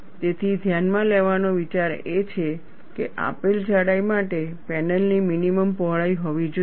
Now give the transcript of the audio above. તેથી ધ્યાનમાં લેવાનો વિચાર એ છે કે આપેલ જાડાઈ માટે પેનલની મિનિમમ પહોળાઈ હોવી જોઈએ